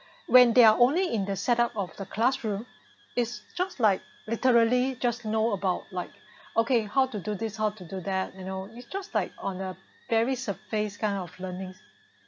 when they are only in the set up of the classroom is just like literally just know about like okay how to do this how to do that you know it just like on a very surface kind of learning